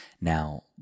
Now